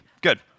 Good